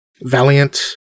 Valiant